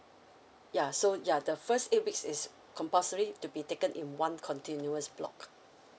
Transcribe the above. ya so ya the first eight weeks is compulsory to be taken in one continuous block